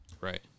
Right